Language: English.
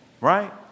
Right